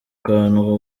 kantu